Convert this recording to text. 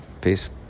Peace